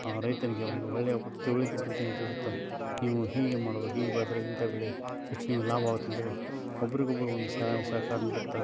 ಆ ರೈತನಿಗೆ ಒಂದು ಒಳ್ಳೆಯ ತಿಳುವಳಿಕೆ ಬುದ್ಧಿಯನ್ನು ತಿಳಿಸುತ್ತ ನೀವು ಹೀಗೆ ಮಾಡಬೇಕು ಹೀಗೆ ಬೆಳೆದರೆ ಇಂಥ ಬೆಳೆ ಹೆಚ್ಚಿನ ಲಾಭವಾಗುತ್ತೆ ಅಂತೇಳಿ ಒಬ್ರಿಗೊಬ್ಬರು ಒಂದು ಸಹಾಯ ಸಹಕಾರ ನೀಡುತ್ತ